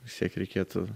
vis tiek reikėtų